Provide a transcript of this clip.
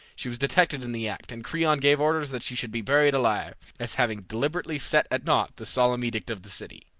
she was detected in the act, and creon gave orders that she should be buried alive, as having deliberately set at naught the solemn edict of the city.